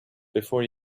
before